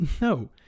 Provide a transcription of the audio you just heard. no